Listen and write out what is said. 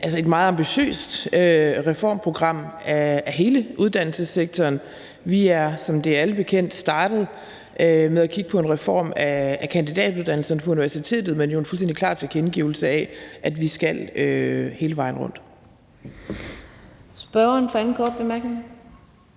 – et meget ambitiøst reformprogram af hele uddannelsessektoren. Vi er, som det er alle bekendt, startet med at kigge på en reform af kandidatuddannelserne på universitetet, men altså med en fuldstændig klar tilkendegivelse af, at vi skal hele vejen rundt. Kl. 11:25 Fjerde næstformand